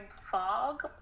fog